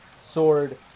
sword